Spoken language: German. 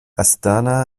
astana